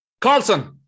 Carlson